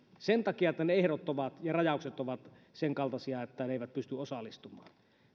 sen takia että ne ne ehdot ja rajaukset ovat senkaltaisia että ne eivät pysty osallistumaan